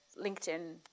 LinkedIn